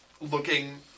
looking